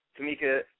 Tamika